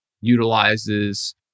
utilizes